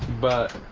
but